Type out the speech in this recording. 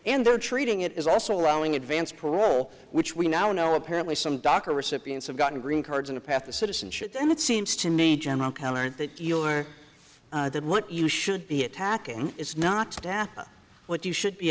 and they're treating it as also allowing advance parole which we now know apparently some doctor recipients have gotten green cards and a path to citizenship then it seems to me general countered that your that what you should be attacking is not what you should be